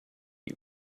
you